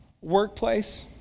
workplace